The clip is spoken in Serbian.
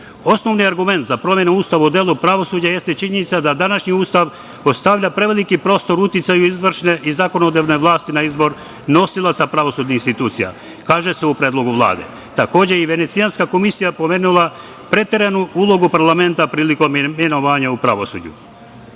Kosovom. Osnovni argument za promenu Ustava u delu pravosuđa jeste činjenica da današnji Ustav ostavlja preveliki prostor uticaju izvršne i zakonodavne vlasti na izbor nosilaca pravosudnih institucija, kaže se u predlogu Vlade. Takođe, i Venecijanska komisija je pomenula preteranu ulogu parlamenta prilikom imenovanja u pravosuđu.